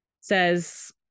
says